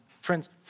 friends